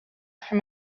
from